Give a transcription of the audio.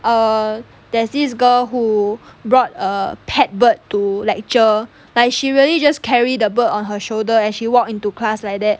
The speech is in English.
err there's this girl who brought a pet bird to lecture like she really just carry the bird on her shoulder and she walked into class like that